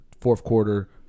fourth-quarter